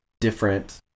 different